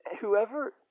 whoever